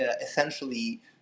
essentially